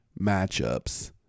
matchups